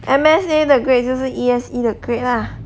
M_S_A 的 grade 就是 E_S_E 的 grade lah